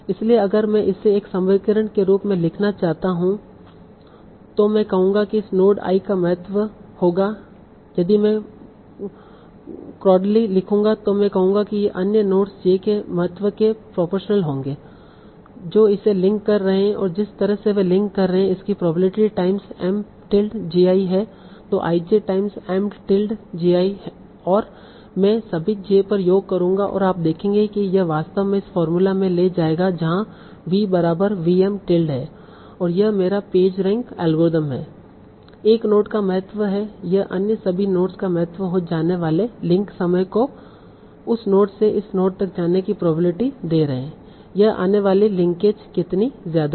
इसलिए अगर मैं इसे एक समीकरण के रूप में लिखना चाहता हूं मैं कहूंगा कि इस नोड i का महत्व होगा यदि मैं क्रौडली लिखूंगा तो मैं कहूंगा कि सभी अन्य नोड्स j के महत्व के प्रोपोरशनल होंगे जो इसे लिंक कर रहे हैं और जिस तरह से वे लिंक कर रहे हैं इसकी probability times M tilde j i है तो i j times M tilde j i और मैं सभी j पर योग करूँगा और आप देखेंगे कि यह वास्तव में इस फार्मूला में ले जाएगा जहा v बराबर v M टिल्ड है और यह मेरा पेज रैंक अल्गोरिथम है एक नोड का महत्व है अन्य सभी नोड्स का महत्व जो आने वाले लिंक समय को उस नोड से इस नोड तक जाने की प्रोबेबिलिटी दे रहे हैं यह आने वाली लिंकेज कितनी ज्यादा है